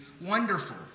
wonderful